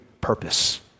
purpose